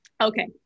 okay